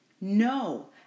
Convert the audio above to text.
No